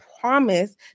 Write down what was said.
promise